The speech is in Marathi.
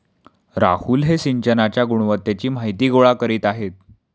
राहुल हे सिंचनाच्या गुणवत्तेची माहिती गोळा करीत आहेत